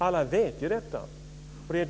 Alla vet ju detta.